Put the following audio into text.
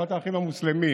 תנועת האחים המוסלמים.